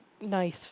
nice